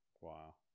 Wow